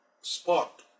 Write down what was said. spot